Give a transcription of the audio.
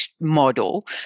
model